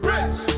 Rich